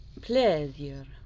pleasure